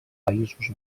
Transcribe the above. països